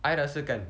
I rasa kan